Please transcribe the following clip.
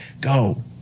go